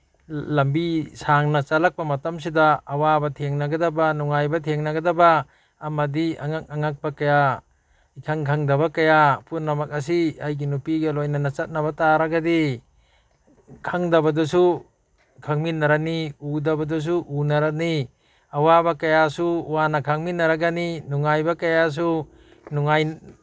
ꯂꯝꯕꯤ ꯁꯥꯡꯅ ꯆꯠꯂꯛꯄ ꯃꯇꯝꯁꯤꯗ ꯑꯋꯥꯕ ꯊꯦꯡꯅꯒꯗꯕ ꯅꯨꯡꯉꯥꯏꯕ ꯊꯦꯡꯅꯒꯗꯕ ꯑꯃꯗꯤ ꯑꯉꯛ ꯑꯉꯛꯄ ꯀꯌꯥ ꯏꯈꯪ ꯈꯪꯗꯕ ꯀꯌꯥ ꯄꯨꯝꯅꯃꯛ ꯑꯁꯤ ꯑꯩꯒꯤ ꯅꯨꯄꯤꯒ ꯂꯣꯏꯅꯅ ꯆꯠꯅꯕ ꯇꯥꯔꯒꯗꯤ ꯈꯪꯗꯕꯗꯨꯁꯨ ꯈꯪꯃꯤꯟꯅꯔꯅꯤ ꯎꯗꯕꯗꯨꯁꯨ ꯎꯅꯔꯅꯤ ꯑꯋꯥꯕ ꯀꯌꯥꯁꯨ ꯋꯥꯅ ꯈꯥꯡꯃꯤꯟꯅꯔꯒꯅꯤ ꯅꯨꯡꯉꯥꯏꯕ ꯀꯌꯥꯁꯨ ꯅꯨꯡꯉꯥꯏ